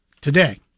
today